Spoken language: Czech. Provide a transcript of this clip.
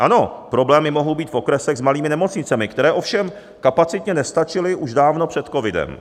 Ano, problémy mohou být v okresech s malými nemocnicemi, které ovšem kapacitně nestačily už dávno před covidem.